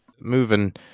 Moving